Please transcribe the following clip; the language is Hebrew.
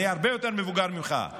אני הרבה יותר מבוגר ממך.